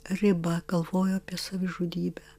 ribą galvojo apie savižudybę